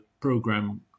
program